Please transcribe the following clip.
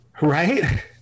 right